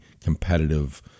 competitive